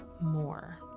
more